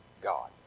god